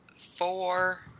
four